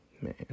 man